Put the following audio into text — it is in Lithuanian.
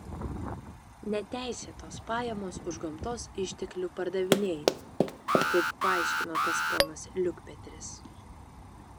neteisėtos pajamos už gamtos išteklių pardavinėjimą kaip paaiškino tas ponas liukpetris